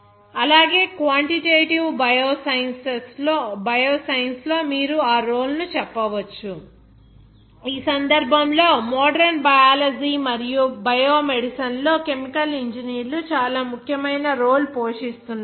అలాగే quantitative bioscience లో మీరు ఆ రోల్ ను చెప్పవచ్చు ఈ సందర్భంలో మోడరన్ బయాలజీ మరియు బయో మెడిసిన్ లో కెమికల్ ఇంజనీర్లు చాలా ముఖ్యమైన రోల్ పోషిస్తున్నారు